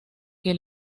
que